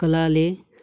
कलाले